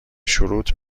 شروط